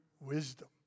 wisdom